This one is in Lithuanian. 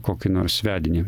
kokį nors vedinį